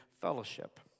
fellowship